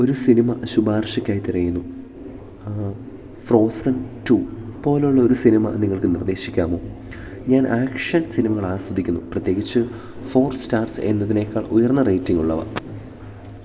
ഒരു സിനിമ ശുപാർശക്കായി തിരയുന്നു ഫ്രോസൺ ടു പോലൊള്ളൊരു സിനിമ നിങ്ങൾക്ക് നിർദ്ദേശിക്കാമോ ഞാൻ ആക്ഷൻ സിനിമകളാസ്വദിക്കുന്നു പ്രത്യേകിച്ച് ഫോർ സ്റ്റാർസ് എന്നതിനേക്കാൾ ഉയർന്ന റേയ്റ്റിംഗുള്ളവ